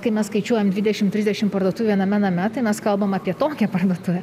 kai mes skaičiuojam dvidešim trisdešim parduotuvių viename name tai mes kalbam apie tokią parduotuvę